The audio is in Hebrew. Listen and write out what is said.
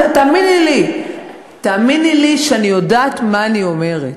תאמיני לי שאני יודעת מה אני אומרת.